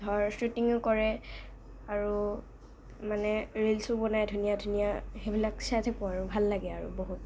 ধৰ শ্ব'টিঙো কৰে আৰু মানে ৰিলচো বনাই ধুনীয়া ধুনীয়া সেইবিলাক চাই থাকোঁ আৰু ভাল লাগে আৰু বহুত